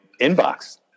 inbox